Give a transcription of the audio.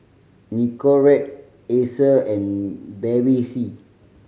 Nicorette Acer and Bevy C